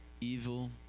evil